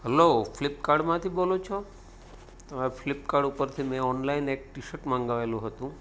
hello ફ્લિપકાર્ટમાંથી બોલો છો આ ફ્લિપકાડ ઉપરથી મેં ઓનલાઈન એક ટી શટ મંગાવેલું હતું